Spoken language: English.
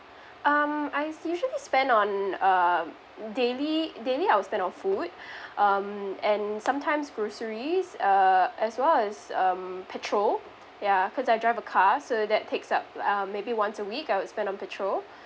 um I usually spend on um daily daily I will spend on food um and sometimes groceries uh as well as um petrol ya cause I drive a car so that takes up um maybe once a week I will spend on petrol